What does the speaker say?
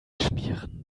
schmieren